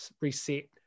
reset